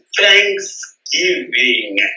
Thanksgiving